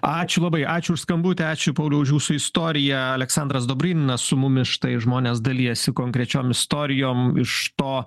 ačiū labai ačiū už skambutį ačiū pauliau už jūsų istoriją aleksandras dobryninas su mumis štai žmonės dalijasi konkrečiom istorijom iš to